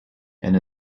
and